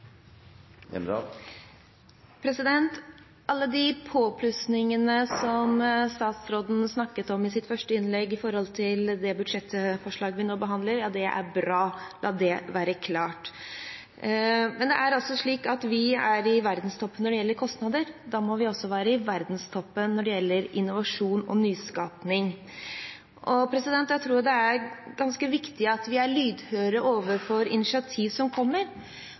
som statsråden snakket om i sitt første innlegg med hensyn til budsjettforslaget vi nå behandler, er bra. La det være klart. Men vi er i verdenstoppen når det gjelder kostnader, da må vi også være i verdenstoppen når det gjelder innovasjon og nyskaping. Jeg tror det er ganske viktig at vi er lydhøre for initiativ som kommer,